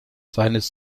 seines